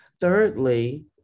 Thirdly